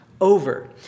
Over